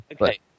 Okay